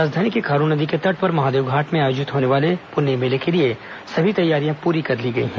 राजधानी के खारून नदी के तट पर महादेवघाट में आयोजित होने वाले पुन्नी मेले के लिए सभी तैयारियां पूरी हो गई हैं